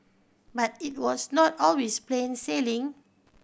but it was not always plain sailing